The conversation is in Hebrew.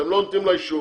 אתם לא נותנים לה אישור,